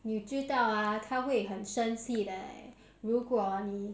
你知道啊她会很生气的 leh 如果你